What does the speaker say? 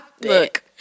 Look